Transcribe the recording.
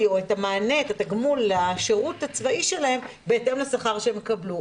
או את התגמול לשירות הצבאי שלהם בהתאם לשכר שהם יקבלו,